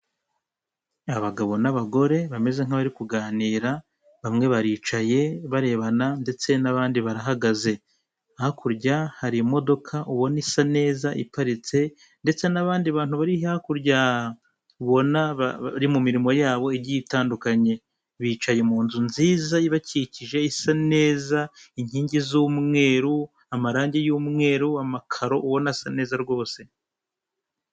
Abagabo n'abagore bameze nk'abari kuganira bamwe baricaye barebana, ndetse n'abandi barahagaze, hakurya harimo ubona isa neza iparitse ndetse n'abandi bantu bari hakurya ubona mu mirimo yabo igiye itandukanye, bicaye mu nzu nziza ibakikije isa neza, inkingi z'umweru, amarangi y'umweru w'amakaro ubona asa neza rwose.